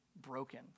broken